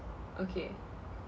okay